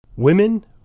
Women